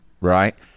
right